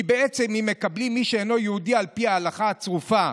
כי בעצם אם מקבלים מי שאינו יהודי על פי ההלכה הצרופה,